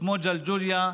וכמו ג'לג'וליה,